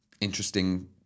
interesting